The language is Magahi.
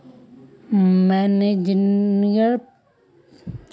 मार्जिनेर प्रयोग क्रेडिट जोखिमेर आवरण तने ह छे